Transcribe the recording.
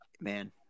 man